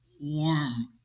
warm